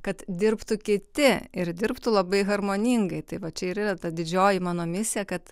kad dirbtų kiti ir dirbtų labai harmoningai tai va čia ir yra ta didžioji mano misija kad